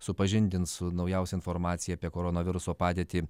supažindins su naujausia informacija apie koronaviruso padėtį